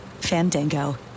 Fandango